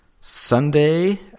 Sunday